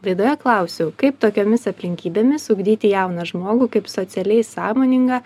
laidoje klausiau kaip tokiomis aplinkybėmis ugdyti jauną žmogų kaip socialiai sąmoningą